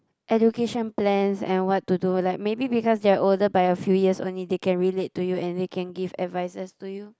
education plans and what to do like maybe because they are older by a few years only they can relate to you and they can give advices to you